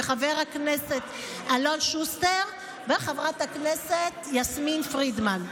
חבר הכנסת אלון שוסטר וחברת הכנסת יסמין פרידמן.